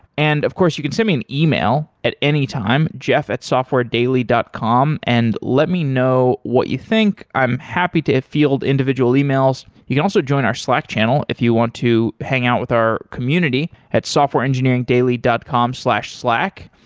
and of course, you can send me an email at any time, jeff at softwaredaily dot com and let me know what you think. i'm happy to afield individual emails. you can also join our slack channel if you want to hang out with our community at softwareengineering dot com slash slack.